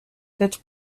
that